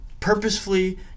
Purposefully